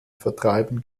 vertreiben